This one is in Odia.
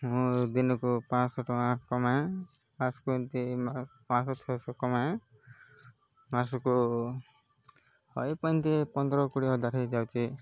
ମୁଁ ଦିନକୁ ପାଞ୍ଚଶହ ଟଙ୍କା କମାଏ ମାସକୁ ଏମତି ପାଞ୍ଚଶହ ଛଅଶହ କମାଏ ମାସକୁ ହଏ ଏମତି ପନ୍ଦର କୋଡ଼ିଏ ହଜାର ହେଇଯାଉଛି